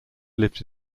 lived